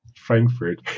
Frankfurt